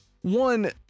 one